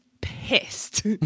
pissed